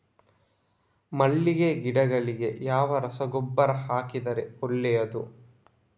ಮಲ್ಲಿಗೆ ಗಿಡಗಳಿಗೆ ಯಾವ ರಸಗೊಬ್ಬರ ಹಾಕಿದರೆ ಒಳ್ಳೆಯದು?